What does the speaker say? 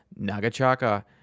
Nagachaka